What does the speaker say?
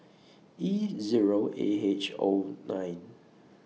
E Zero A H O nine